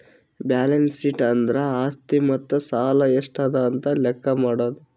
balance sheet ಅಂದುರ್ ಆಸ್ತಿ ಮತ್ತ ಸಾಲ ಎಷ್ಟ ಅದಾ ಅಂತ್ ಲೆಕ್ಕಾ ಮಾಡದು